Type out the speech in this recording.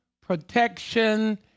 protection